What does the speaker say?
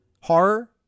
horror